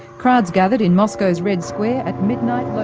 crowds gathered in moscow's red square at midnight,